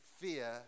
fear